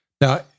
Now